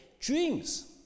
dreams